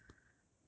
about what